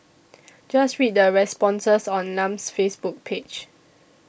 just read the responses on Lam's Facebook page